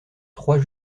trois